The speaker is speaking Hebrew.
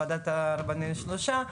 ועדת שלושה הרבנים,